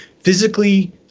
physically